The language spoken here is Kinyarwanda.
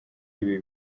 ibi